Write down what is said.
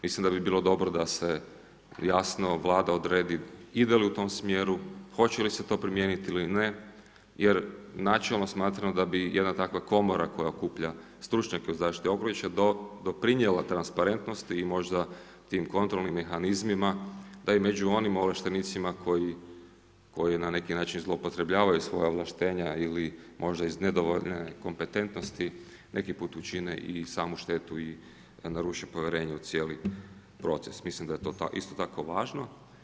Mislim da bi bilo dobro da se jasno Vlada odredi ide li u tom smjeru, hoće li se to primijeniti ili ne jer načelno smatram da bi jedna takva komora koja okuplja stručnjake u zaštiti okoliša doprinijela transparentnosti i možda tim kontrolnim mehanizmima da i među onim ovlaštenicima koji na neki način zloupotrebljavaju svoja ovlaštenja ili možda iz nedovoljne kompetentnosti neki put učine i samu štetu i naruše povjerenje u cijeli proces, mislim da je to isto tako važno.